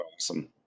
Awesome